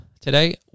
today